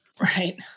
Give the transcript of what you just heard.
Right